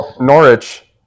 Norwich